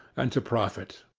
and to profit.